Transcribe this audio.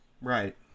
Right